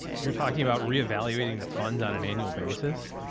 you're talking about reevaluating the funds on an annual basis.